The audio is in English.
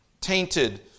tainted